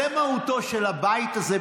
זו מהותו של הבית הזה.